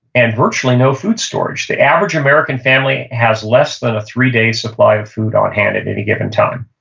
and virtually no food storage. the average american family has less than a three-day supply of food on hand at any given time.